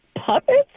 Puppets